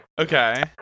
okay